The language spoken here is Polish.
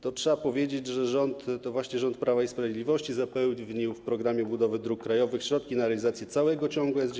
Trzeba powiedzieć, że to właśnie rząd Prawa i Sprawiedliwości zapewnił w „Programie budowy dróg krajowych” środki na realizację całego ciągu S19.